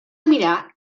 mirar